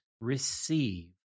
receive